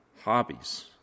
hobbies